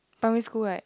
primary school right